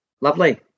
Lovely